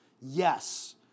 yes